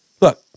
Look